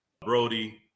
Brody